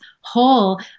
whole